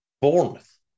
Bournemouth